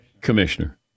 Commissioner